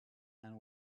and